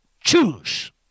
choose